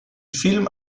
film